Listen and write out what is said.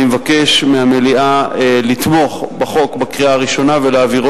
אני מבקש מהמליאה לתמוך בחוק בקריאה הראשונה ולהעבירו